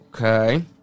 Okay